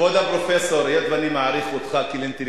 כבוד הפרופסור, היות שאני מעריך אותך כאינטלקטואל,